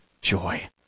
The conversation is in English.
joy